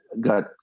got